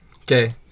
Okay